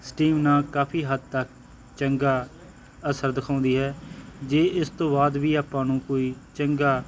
steam ਨਾਲ ਕਾਫੀ ਹੱਦ ਤੱਕ ਚੰਗਾ ਅਸਰ ਦਿਖਾਉਂਦੀ ਹੈ ਜੇ ਇਸ ਤੋਂ ਬਾਅਦ ਵੀ ਆਪਾਂ ਨੂੰ ਕੋਈ ਚੰਗਾ